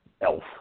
Elf